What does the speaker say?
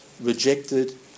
rejected